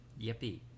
Yippee